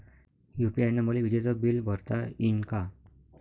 UPI न मले विजेचं बिल भरता यीन का?